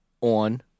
on